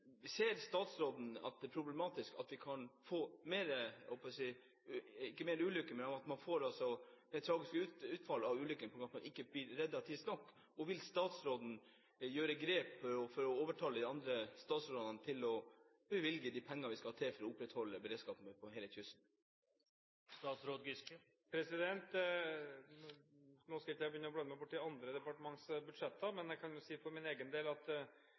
Ser statsråden at det er problematisk at man får flere tragiske utfall av ulykker på grunn av at man ikke blir reddet tidsnok? Og vil statsråden gjøre grep for å overtale de andre statsrådene til å bevilge de pengene som skal til for å opprettholde beredskapen langs hele kysten? Nå skal ikke jeg begynne å blande meg borti andre departementers budsjetter, men jeg kan jo si for min egen del at